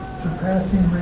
surpassing